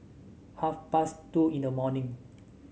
half past two in the morning